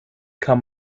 kann